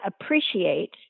appreciate